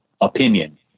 opinion